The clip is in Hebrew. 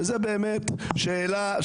זו באמת שאלה.